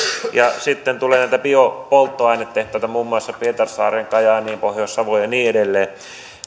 ja sitten tulee näitä biopolttoainetehtaita muun muassa pietarsaareen kajaaniin pohjois savoon ja niin edelleen